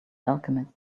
alchemists